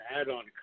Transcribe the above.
add-on